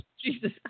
Jesus